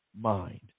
mind